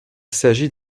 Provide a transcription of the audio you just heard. s’agit